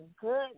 good